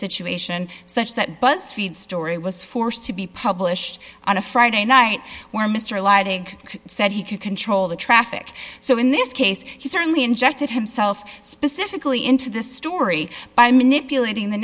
situation such that buzz feed story was forced to be published on a friday night where mr lighting said he could control the traffic so in this case he certainly injected himself specifically into this story by manipulating the